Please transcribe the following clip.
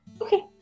Okay